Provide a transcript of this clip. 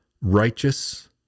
righteous